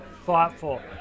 thoughtful